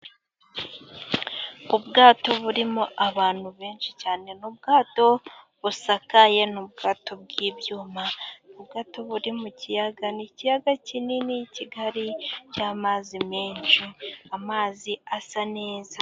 Ubwato burimo abantu benshi cyane, ni ubwato busakaye ni ubwato bw'ibyuma, ni ubwato buri mu kiyaga. Ni ikiyaga kinini kigari cy'amazi menshi, amazi asa neza.